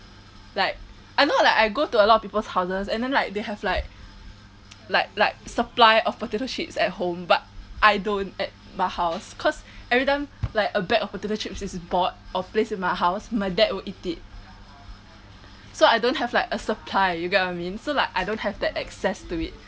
like I not like I go to a lot of people houses and then like they have like like like supply of potato chips at home but I don't at my house cause every time like a bag of potato chips is bought or placed in my house my dad will eat it so I don't have like a supply you get what I mean so like I don't have that access to it